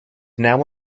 now